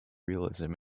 realism